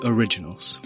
Originals